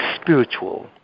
spiritual